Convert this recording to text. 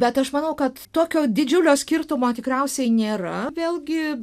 bet aš manau kad tokio didžiulio skirtumo tikriausiai nėra vėlgi